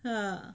mm